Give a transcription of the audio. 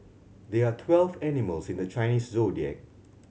there are twelve animals in the Chinese Zodiac